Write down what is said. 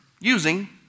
using